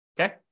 Okay